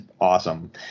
awesome